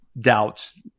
doubts